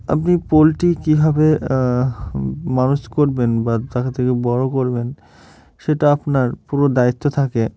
আপনি পোলট্রি কীভাবে মানুষ করবেন বা তাদেরকে বড় করবেন সেটা আপনার পুরো দায়িত্ব থাকে